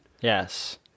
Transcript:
Yes